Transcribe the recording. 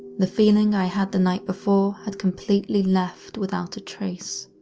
the feeling i had the night before had completely left without a trace.